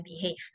behave